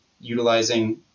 utilizing